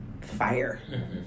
fire